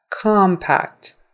compact